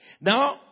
Now